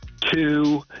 two